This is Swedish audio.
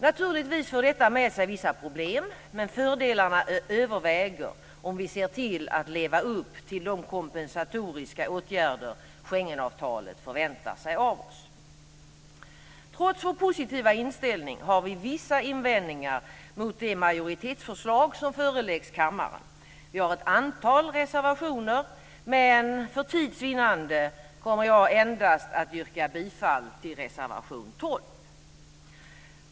Naturligtvis för detta med sig vissa problem, men fördelarna överväger om vi ser till att leva upp till de kompensatoriska åtgärder som Schengenavtalet förväntar sig av oss. Trots vår positiva inställning har vi vissa invändningar mot det majoritetsförslag som föreläggs kammaren. Vi har ett antal reservationer, men för tids vinnande kommer jag att yrka bifall endast till reservation 12.